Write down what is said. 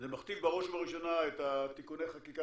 זה מכתיב בראש ובראשונה את תיקוני החקיקה